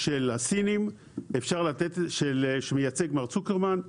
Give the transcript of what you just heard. של הסינים, שמייצג מר צוקרמן.